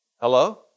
Hello